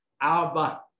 Abba